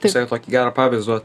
tiesiog tokį gerą pavyzdį duot